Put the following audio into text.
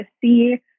see